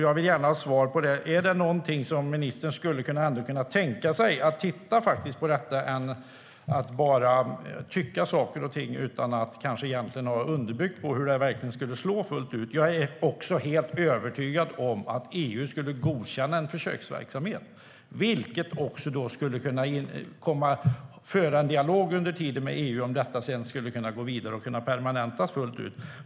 Jag vill gärna ha svar på frågan: Skulle ministern kunna tänka sig att titta på detta och inte bara tycka saker och ting utan att kanske egentligen ha kunskap om hur det här skulle slå fullt ut? Jag är helt övertygad om att EU skulle godkänna en försöksverksamhet. Man skulle också kunna föra en dialog med EU under tiden om huruvida detta sedan skulle kunna permanentas.